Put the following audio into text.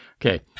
Okay